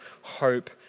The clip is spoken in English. hope